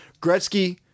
Gretzky